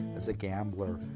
as a gambler,